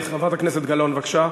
חברת הכנסת גלאון, בבקשה.